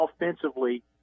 offensively